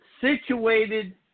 situated